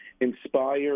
inspire